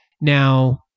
Now